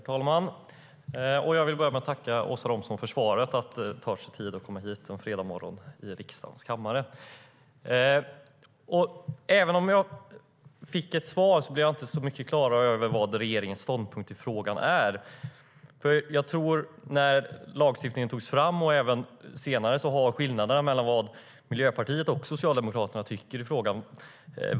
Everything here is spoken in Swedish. Herr talman! Jag vill börja med att tacka Åsa Romson för svaret och för att hon tar sig tid att komma hit till riksdagens kammare en fredagsmorgon. Även om jag fick ett svar blev jag inte så mycket klarare över vad regeringens ståndpunkt i frågan är. Jag tror att det när lagstiftningen togs fram och även senare har varierat vad Miljöpartiet och Socialdemokraterna tycker i frågan.